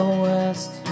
west